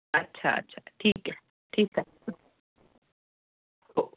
अच्छा अच्छा ठीक आहे ठीक आहे हो